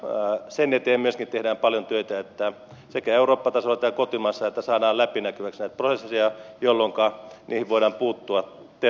sen eteen myöskin tehdään paljon työtä sekä eurooppa tasolla että kotimaassa että saadaan läpinäkyviksi näitä prosesseja jolloinka niihin voidaan puuttua tehokkaammin